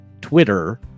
Twitter